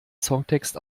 songtext